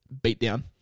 beatdown